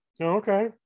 Okay